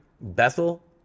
Bethel